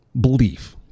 belief